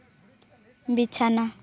ᱵᱤᱪᱷᱟᱱᱟ